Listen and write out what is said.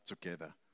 together